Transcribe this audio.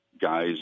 guys